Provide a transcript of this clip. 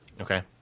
Okay